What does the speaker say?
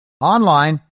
online